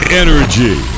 energy